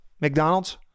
McDonald's